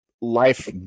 life